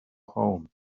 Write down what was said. home